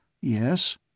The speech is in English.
Yes